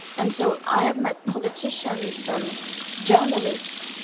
and so i have met politicians and journalists